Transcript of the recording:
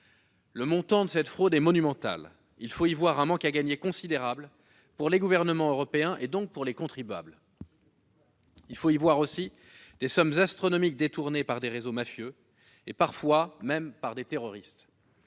Le montant de cette fraude est monumental ; il faut y voir un manque à gagner considérable pour les gouvernements européens, et donc pour les contribuables, mais aussi des sommes astronomiques détournées par des réseaux mafieux, parfois même terroristes.